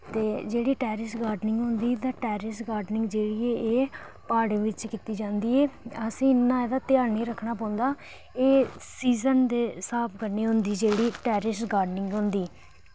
ते जेह्ड़ी terrace gardening होंदी इ'दा टैरिस गार्डनिंग जेह्ड़ी एह् प्हाड़ें बिच कीती जंदी ऐ असें इन्ना एह्दा ध्यान निं रक्खना पौंदा एह् सीजन दे स्हाब कन्नै होंदी जेह्ड़ी टैरिस गार्डनिंग होंदी